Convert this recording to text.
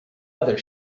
other